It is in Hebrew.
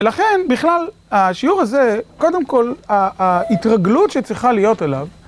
לכן, בכלל, השיעור הזה, קודם כל, ההתרגלות שצריכה להיות אליו